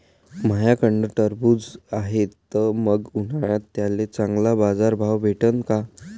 माह्याकडं टरबूज हाये त मंग उन्हाळ्यात त्याले चांगला बाजार भाव भेटन का?